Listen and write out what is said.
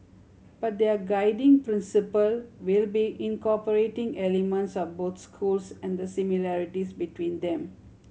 but their guiding principle will be incorporating elements of both schools and the similarities between them